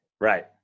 right